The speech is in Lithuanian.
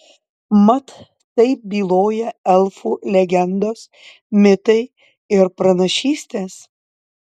mat taip byloja elfų legendos mitai ir pranašystės